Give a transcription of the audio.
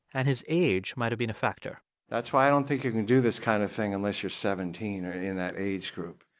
and his age might have been a factor that's why i don't think you can do this kind of thing unless you're seventeen or in that age group.